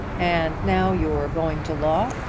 and now you're going to law?